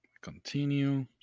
continue